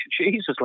Jesus